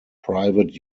private